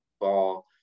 ball